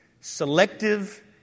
Selective